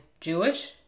Jewish